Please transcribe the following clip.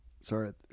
Sorry